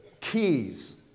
keys